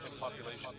population